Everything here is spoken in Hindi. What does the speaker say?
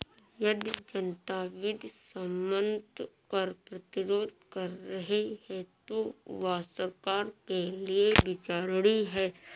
यदि जनता विधि सम्मत कर प्रतिरोध कर रही है तो वह सरकार के लिये विचारणीय है